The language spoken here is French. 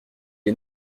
est